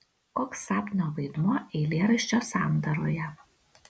koks sapno vaidmuo eilėraščio sandaroje